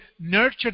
nurture